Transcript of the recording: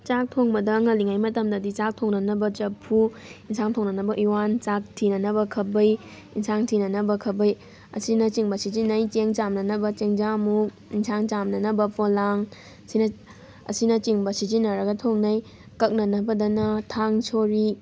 ꯆꯥꯛ ꯊꯣꯡꯕꯗ ꯉꯜꯂꯤꯉꯩ ꯃꯇꯝꯗꯗꯤ ꯆꯥꯛ ꯊꯣꯡꯅꯅꯕ ꯆꯐꯨ ꯑꯦꯟꯁꯥꯡ ꯊꯣꯡꯅꯅꯕ ꯎꯏꯋꯥꯟ ꯆꯥꯛ ꯊꯤꯅꯅꯕ ꯈꯥꯕꯩ ꯑꯦꯟꯁꯥꯡ ꯊꯤꯅꯅꯕ ꯈꯥꯕꯩ ꯑꯁꯤꯅꯆꯤꯡꯕ ꯁꯤꯖꯤꯟꯅꯩ ꯆꯦꯡ ꯆꯥꯝꯅꯅꯕ ꯆꯦꯡꯖꯥꯝꯃꯨꯛ ꯑꯦꯟꯁꯥꯡ ꯆꯥꯝꯅꯅꯕ ꯄꯣꯂꯥꯡ ꯁꯤꯅ ꯑꯁꯤꯅꯆꯤꯡꯕ ꯁꯤꯖꯤꯟꯅꯔꯒ ꯊꯣꯡꯅꯩ ꯀꯛꯅꯅꯕꯗꯅ ꯊꯥꯡ ꯁꯣꯔꯤ